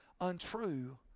untrue